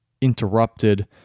interrupted